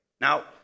now